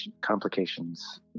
complications